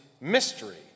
mystery